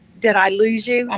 did i lose you? um